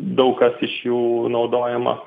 daug kas iš jų naudojama